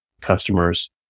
customers